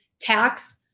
tax